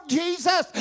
jesus